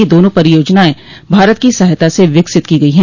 ये दोनों परियोजनाएं भारत की सहायता से विकसित की गई हैं